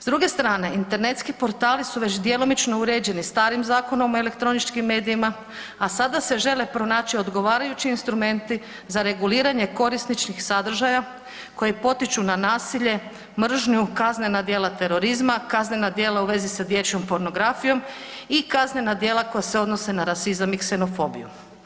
S druge strane internetski portali su već djelomično uređeni starim Zakonom o elektroničkim medijima, a sada se žele pronaći odgovarajući instrumenti za reguliranje korisničkih sadržaja koji potiču na nasilje, mržnju, kaznena djela terorizma, kaznena djela u vezi s dječjom pornografijom i kaznena djela koja se odnose na rasizam i ksenofobiju.